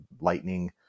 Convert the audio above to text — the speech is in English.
lightning